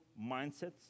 mindsets